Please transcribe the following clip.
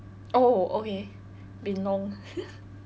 oh okay been long